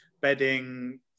bedding